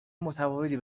متفاوتی